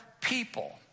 people